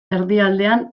erdialdean